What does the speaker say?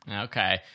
Okay